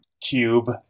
cube